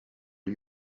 lui